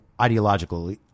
ideological